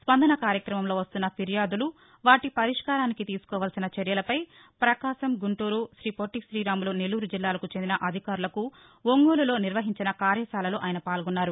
స్పందన కార్యక్రమంలో వస్తున్న ఫిర్యాదులు వాటి పరిష్కారానికి తీసుకోవాల్సిన చర్యలపై పకాశం గుంటూరు శ్రీ పొట్టి శ్రీరాములు నెల్లూరు జిల్లాలకు చెందిన అధికారులకు ఒంగోలు లో నిర్వహించిన కార్యశాలలో ఆయన పాల్గొన్నారు